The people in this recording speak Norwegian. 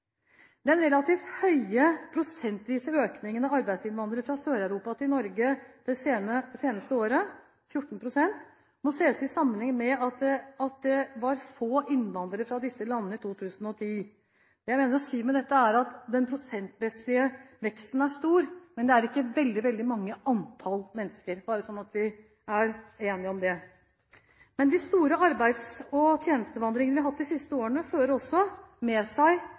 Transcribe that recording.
Den relativt høye prosentvise økningen av arbeidsinnvandrere fra Sør-Europa til Norge det seneste året, 14 pst., må ses i sammenheng med at det var få innvandrere fra disse landene i 2010. Det jeg mener å si med dette, er at den prosentmessige veksten er stor, men det er ikke veldig, veldig mange i antall mennesker – bare så vi er enige om det. Men de store arbeids- og tjenestevandringene vi har hatt de siste årene, fører også med seg